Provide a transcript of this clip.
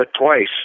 twice